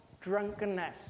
drunkenness